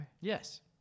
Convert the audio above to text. Yes